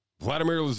Vladimir